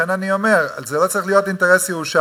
לכן אני אומר: זה לא צריך להיות אינטרס ירושלמי.